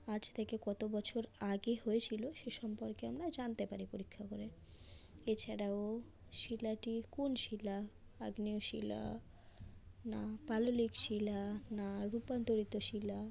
আজ থেকে কত বছর আগে হয়েছিলো সে সম্পর্কে আমরা জানতে পারি পরীক্ষা করে এছাড়াও শিলাটি কোন শিলা আগ্নেয় শিলা না পাললিক শিলা না রূপান্তরিত শিলা